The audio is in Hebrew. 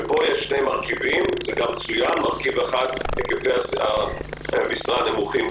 פה יש שני מרכיבים: היקפי המשרה נמוכים,